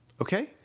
Okay